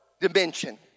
dimension